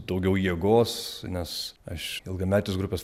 daugiau jėgos nes aš ilgametis grupės